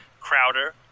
Crowder